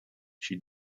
she